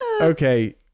Okay